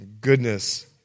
Goodness